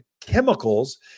chemicals